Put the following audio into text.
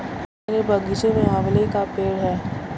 मेरे बगीचे में आंवले का पेड़ है